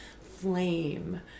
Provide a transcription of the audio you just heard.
flame